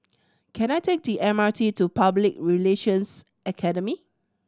can I take the M R T to Public Relations Academy